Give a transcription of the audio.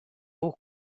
buca